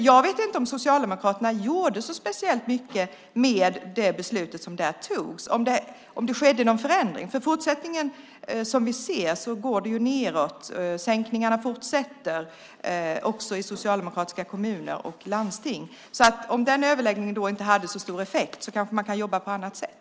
Jag vet inte om Socialdemokraterna gjorde så speciellt mycket med det beslut som då togs, om det skedde någon förändring, för som vi ser fortsätter sänkningarna också i socialdemokratiska kommuner och landsting. Om den överläggningen inte hade så stor effekt kanske man kan jobba på annat sätt.